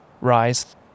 rise